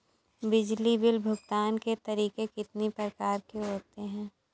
बिजली बिल भुगतान के तरीके कितनी प्रकार के होते हैं?